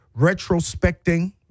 retrospecting